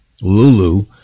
Lulu